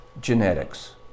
genetics